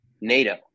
NATO